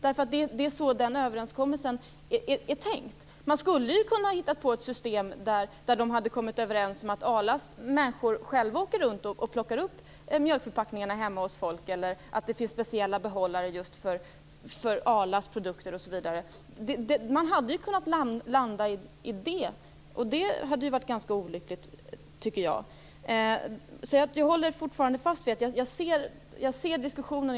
Det är så den överenskommelsen är tänkt. Man skulle ju kunna tänka sig ett system där de kommit överens om att Arla skulle åka runt och plocka upp mjölkförpackningarna hemma hos folk eller att det skulle finnas speciella behållare just för Arlas produkter. Man hade kunnat hamna i en sådan situation, och det hade varit ganska olyckligt. Jag håller fortfarande fast vid min ståndpunkt. Jag är medveten om diskussionen.